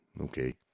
okay